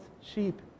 sheep